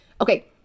Okay